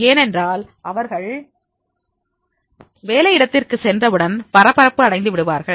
ஏனென்றால் அவர்கள் வேலை இடத்திற்கு சென்றவுடன் பரபரப்பு அடைந்து விடுவார்கள்